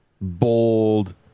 Bold